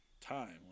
time